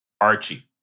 Archie